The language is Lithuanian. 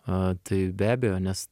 a tai be abejo nes